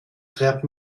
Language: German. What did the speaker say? klärt